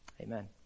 Amen